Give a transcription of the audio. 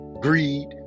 greed